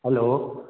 hello